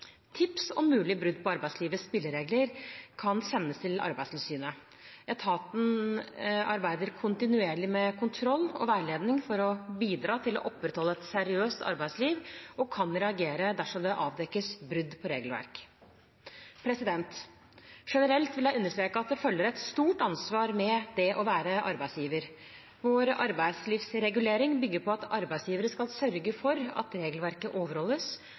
Tips om mulige brudd på arbeidslivets spilleregler kan sendes til Arbeidstilsynet. Etaten arbeider kontinuerlig med kontroll og veiledning for å bidra til å opprettholde et seriøst arbeidsliv, og kan reagere dersom det avdekkes brudd på regelverk. Generelt vil jeg understreke at det følger et stort ansvar med det å være arbeidsgiver. Vår arbeidslivsregulering bygger på at arbeidsgivere skal sørge for at regelverket overholdes,